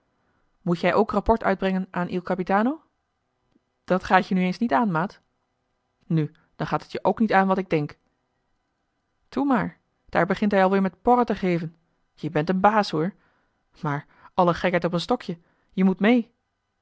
moet jij ook rapport uitbrengen aan il capitano dat gaat je nu eens niet aan maat nu dan gaat het je bok niet aan wat ik denk toe maar daar begint hij alweer met porren te geven je bent een baas hoor maar alle gekheid op een stokje je moet mee